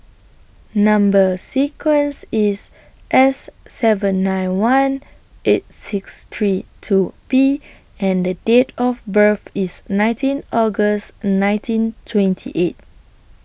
Number sequence IS S seven nine one eight six three two P and Date of birth IS nineteen August nineteen twenty eight